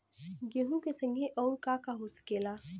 गेहूँ के संगे अउर का का हो सकेला?